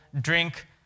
drink